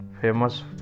famous